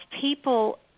people